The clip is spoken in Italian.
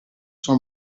sua